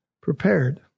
prepared